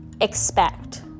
expect